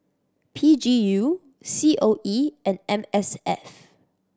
P G U C O E and M S F